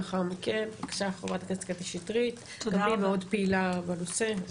בבקשה ח"כ קטי שטרית, שגם היא מאוד פעילה בנושא.